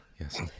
Yes